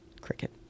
Cricket